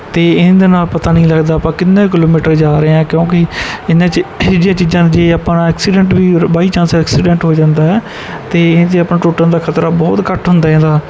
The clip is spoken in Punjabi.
ਅਤੇ ਇਹਦੇ ਨਾਲ ਪਤਾ ਨਹੀਂ ਲੱਗਦਾ ਆਪਾਂ ਕਿੰਨੇ ਕਿਲੋਮੀਟਰ ਜਾ ਰਹੇ ਹਾਂ ਕਿਉਂਕਿ ਇਹਨਾਂ 'ਚ ਅਜਿਹੀਆਂ ਚੀਜ਼ਾਂ ਜੇ ਆਪਣਾ ਐਕਸੀਡੈਂਟ ਵੀ ਬਾਈ ਚੈਂਸ ਐ ਐਕਸੀਡੈਂਟ ਹੋ ਜਾਂਦੇ ਹੈ ਅਤੇ ਇਹਦੇ 'ਚ ਆਪਾਂ ਨੂੰ ਟੁੱਟਣ ਦਾ ਖ਼ਤਰਾ ਬਹੁਤ ਘੱਟ ਹੁੰਦਾ ਇਹਦਾ